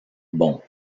bon